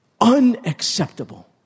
Unacceptable